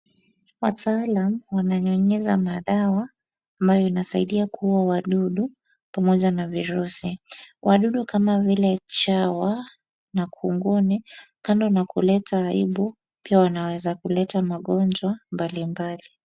Wataalam wananyunyiza madawa, ambayo inasaidia kuua wadudu pamoja na virusi. Wadudu kama vile chawa na kunguni, kando na kuleta aibu, pia wanaweza kuleta magonjwa mbali mbali.